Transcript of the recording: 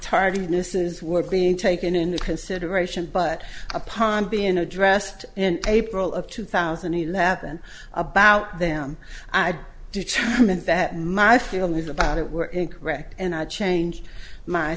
tardiness is were being taken into consideration but upon being addressed in april of two thousand and eleven about them i determined that my feelings about it were incorrect and i changed my